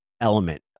element